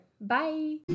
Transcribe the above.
Bye